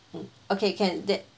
mm okay can that